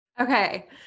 Okay